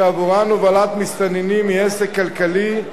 שעבורן הובלת מסתננים היא עסק כלכלי,